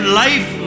life